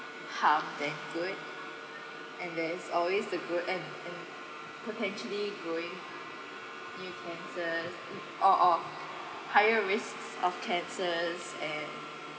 harm than good and there's always the good and and potentially growing new cancer or or higher risks of cancers and